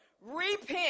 repent